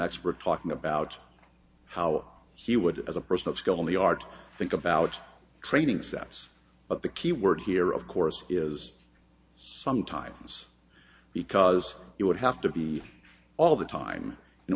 expert talking about how he would as a person of skull in the art think about training steps but the keyword here of course is sometimes because it would have to be all the time in